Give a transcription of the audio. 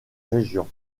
région